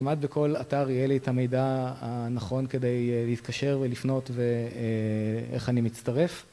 כמעט בכל אתר יהיה לי את המידע הנכון כדי להתקשר ולפנות ואיך אני מצטרף